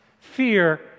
Fear